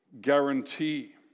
guarantee